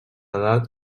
edat